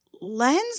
Lens